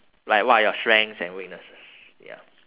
like what are your strengths and weaknesses ya